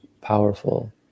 powerful